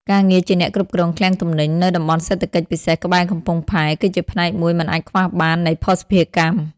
ការងារជាអ្នកគ្រប់គ្រងឃ្លាំងទំនិញ នៅតំបន់សេដ្ឋកិច្ចពិសេសក្បែរកំពង់ផែ គឺជាផ្នែកមួយមិនអាចខ្វះបាននៃភស្តុភារកម្ម។